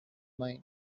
mine